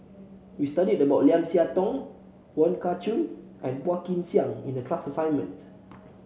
we studied about Lim Siah Tong Wong Kah Chun and Phua Kin Siang in the class assignment